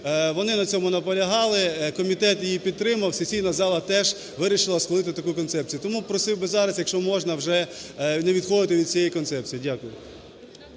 Вони на цьому наполягали, комітет її підтримав, сесійна зала теж вирішила схвалити таку концепцію. Тому просив би зараз, якщо можна, вже не відходити від цієї концепції. Дякую.